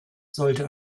sollte